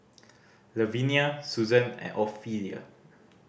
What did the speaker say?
Lavinia Suzan and Ofelia